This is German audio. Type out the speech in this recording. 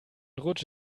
rutsch